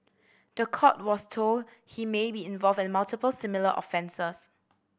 the court was told he may be involved in multiple similar offences